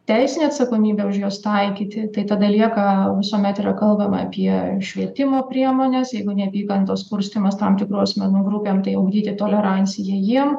teisinę atsakomybę už juos taikyti tai tada lieka visuomet yra kalbama apie švietimo priemones jeigu neapykantos kurstymas tam tikrų asmenų grupėm tai ugdyti toleranciją jiem